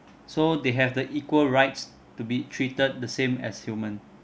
so they have the equal rights to be treated the same as human